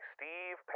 Steve